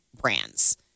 brands